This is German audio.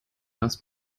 erst